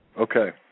Okay